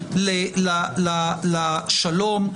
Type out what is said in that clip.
מהמחוזי לשלום.